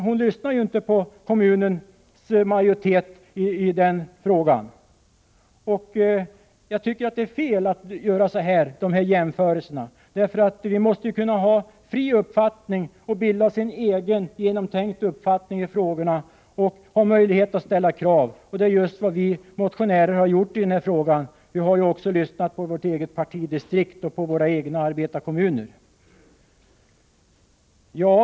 Hon lyssnade inte på kommunens majoritet i den frågan. Det är fel att göra dessa jämförelser. Vi måste ha möjlighet att bilda oss en egen genomtänkt uppfattning i dessa frågor och ställa krav. Det är just vad vi motionärer har gjort. Vi har även lyssnat på vårt eget partidistrikt och på våra egna arbetarkommuner.